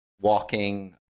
walking